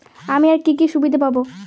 আমি আর কি কি সুবিধা পাব?